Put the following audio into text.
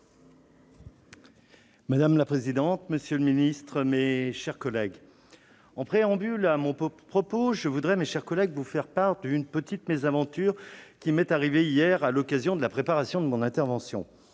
Madame la présidente, monsieur le secrétaire d'État, mes chers collègues, en préambule à mon propos, je voudrais vous faire part d'une petite mésaventure qui m'est arrivée hier à l'occasion de la préparation de mon intervention.